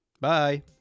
Bye